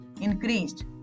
increased